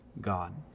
God